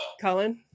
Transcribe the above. Colin